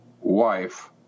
wife